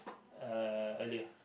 uh earlier